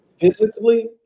physically